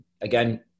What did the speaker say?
Again